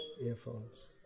Earphones